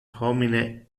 homine